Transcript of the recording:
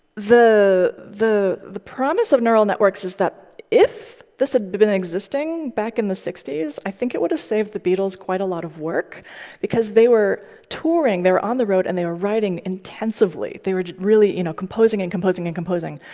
the the promise of neural networks is that if this had been existing back in the sixty s, i think it would have saved the beatles quite a lot of work because they were touring, they were on the road, and they were writing intensively. they were really you know composing and composing and composing.